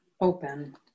open